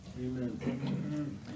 Amen